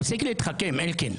תפסיק להתחכם, אלקין.